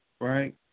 Right